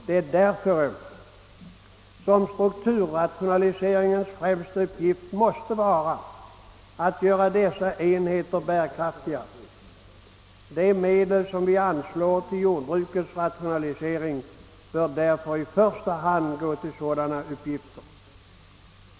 Det är därför som strukturrationaliseringens främsta uppgift måste vara att göra dessa enheter bärkraftiga. De medel som vi anslår till strukturrationalisering bör därför i första hand gå till sådana uppgifter.